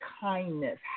kindness